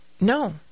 No